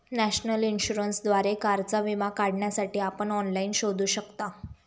national इन्शुरन्सद्वारे कारचा विमा काढण्यासाठी आपण ऑनलाइन शोधू शकता